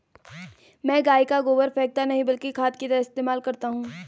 मैं गाय का गोबर फेकता नही बल्कि खाद की तरह इस्तेमाल करता हूं